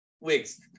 Wigs